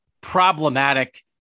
problematic